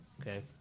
Okay